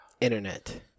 Internet